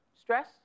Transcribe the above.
stress